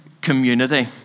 community